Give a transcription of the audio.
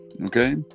Okay